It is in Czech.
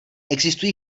existují